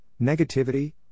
negativity